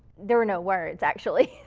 there were no words, actually.